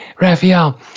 Raphael